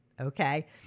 Okay